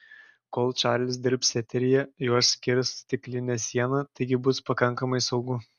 kol čarlis dirbs eteryje juos skirs stiklinė siena taigi bus pakankamai saugu